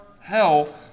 hell